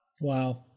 Wow